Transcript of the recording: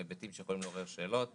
היבטים שיכולים לעורר שאלות.